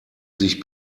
sich